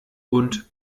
und